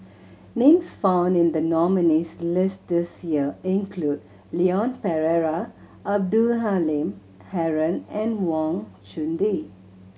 names found in the nominees' list this year include Leon Perera Abdul Halim Haron and Wang Chunde